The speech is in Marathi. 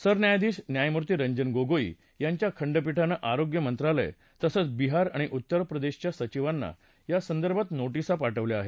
सरन्यायाधीश न्यायमूर्ती रंजन गोगोई यांच्या खंडपीठानं आरोग्य मंत्रालय तसंच बिहार आणि उत्तर प्रदेशच्या सचिवांना या संदर्भात नोटीसा पाठवल्या आहेत